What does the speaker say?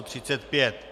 35.